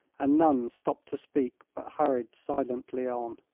and none stopped to speak but hurried silently on.